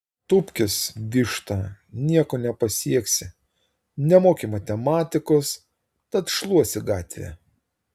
tūpkis višta nieko nepasieksi nemoki matematikos tad šluosi gatvę